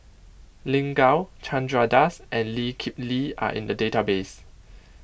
Lin Gao Chandra Das and Lee Kip Lee are in the database